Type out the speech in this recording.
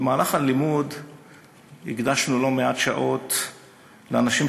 במהלך הלימוד הקדשנו לא מעט שעות לאנשים